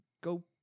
go